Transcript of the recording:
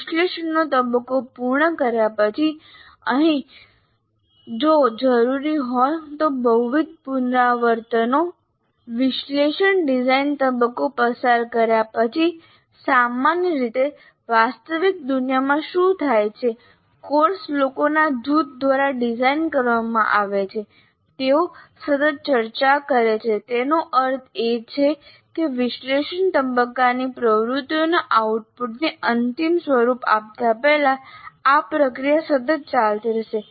વિશ્લેષણનો તબક્કો પૂર્ણ કર્યા પછી અહીં જો જરૂરી હોય તો બહુવિધ પુનરાવર્તનો વિશ્લેષણ ડિઝાઇન તબક્કો પસાર કર્યા પછી સામાન્ય રીતે વાસ્તવિક દુનિયામાં શું થાય છે કોર્સ લોકોના જૂથ દ્વારા ડિઝાઇન કરવામાં આવે છે તેઓ સતત ચર્ચા કરે છે તેનો અર્થ એ કે વિશ્લેષણ તબક્કાની પ્રવૃત્તિઓના આઉટપુટને અંતિમ સ્વરૂપ આપતાં પહેલાં આ પ્રક્રિયા સતત ચાલતી રહેશે